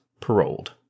Paroled